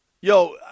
yo